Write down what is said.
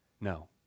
No